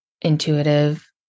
intuitive